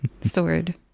sword